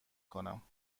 کنم